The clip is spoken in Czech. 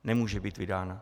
Nemůže být vydána!